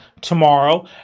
tomorrow